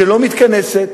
שלא מתכנסת